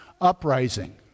uprising